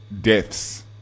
deaths